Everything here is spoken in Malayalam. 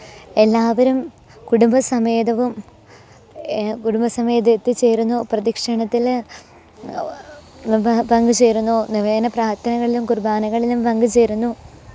എല്ലാവരും കുടുംബ സമേതവും കുടുംബ സമേതം എത്തിച്ചേരുന്നു പ്രദക്ഷിണത്തിൽ പങ്ക് ചേരുന്നു നൊവേന പ്രാര്ത്ഥനകളിലും കുറുബാനകളിലും പങ്ക് ചേരുന്നു